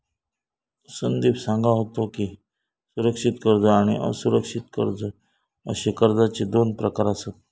संदीप सांगा होतो की, सुरक्षित कर्ज आणि असुरक्षित कर्ज अशे कर्जाचे दोन प्रकार आसत